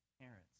parents